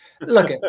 look